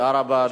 תודה רבה,